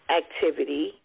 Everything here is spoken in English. activity